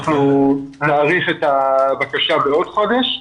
אנחנו נאריך את הבקשה בעוד חודש,